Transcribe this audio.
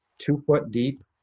two foot deep,